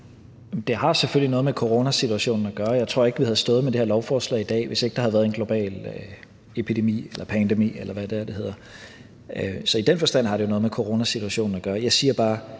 Det har selvfølgelig noget med coronasituationen at gøre. Jeg tror ikke, vi havde stået med det her lovforslag i dag, hvis ikke der havde været en global epidemi, pandemi, eller hvad det nu hedder. Så i den forstand har det jo noget med coronasituationen at gøre.